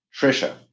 Trisha